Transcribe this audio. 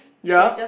ya